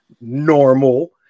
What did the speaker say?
normal